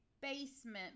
basement